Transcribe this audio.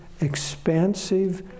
expansive